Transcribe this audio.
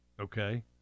okay